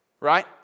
Right